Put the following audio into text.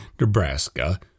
Nebraska